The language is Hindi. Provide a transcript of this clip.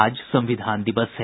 आज संविधान दिवस है